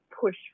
push